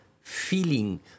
feeling